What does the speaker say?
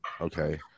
okay